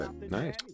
Nice